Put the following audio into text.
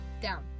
down